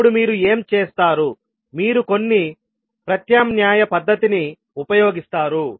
అప్పుడు మీరు ఏమి చేస్తారు మీరు కొన్ని ప్రత్యామ్నాయ పద్ధతిని ఉపయోగిస్తారు